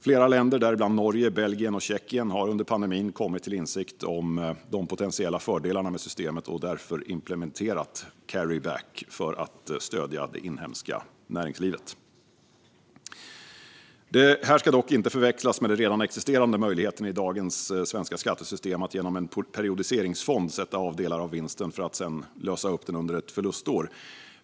Flera länder, däribland Norge, Belgien och Tjeckien, har under pandemin kommit till insikt om de potentiella fördelarna med systemet och därför implementerat carry-back för att stödja det inhemska näringslivet. Det här ska dock inte förväxlas med den redan existerande möjligheten i dagens svenska skattesystem att genom en periodiseringsfond sätta av delar av vinsten för att sedan lösa upp den under ett förlustår.